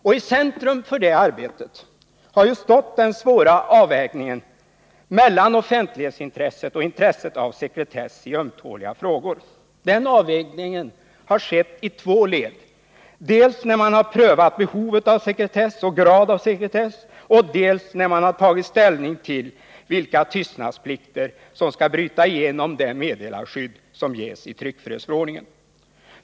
I centrum för det arbetet har stått den svåra avvägningen mellan offentlighetsintresset och intresset av sekretess i ömtåliga frågor. Den avvägningen har skett i två led, dels när man har prövat behov av sekretess och grad av sekretess, dels när man har tagit ställning till vilka tystnadsplikter som skall bryta igenom det meddelarskydd som ges i tryckfrihetsförordningen.